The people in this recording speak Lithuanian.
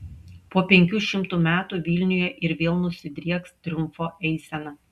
po penkių šimtų metų vilniuje ir vėl nusidrieks triumfo eisena